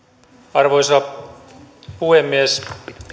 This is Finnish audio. arvoisa puhemies